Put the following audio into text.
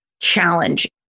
challenge